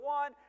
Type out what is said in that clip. one